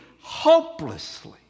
hopelessly